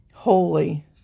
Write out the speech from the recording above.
holy